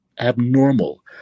abnormal